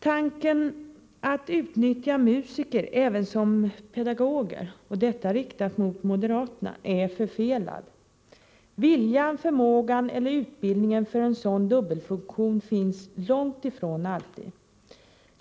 Tanken att utnyttja musiker även som pedagoger”, och detta är riktat mot moderaterna, ”är förfelad. Viljan, förmågan eller utbildningen för en sådan dubbelfunktion finns långt ifrån alltid.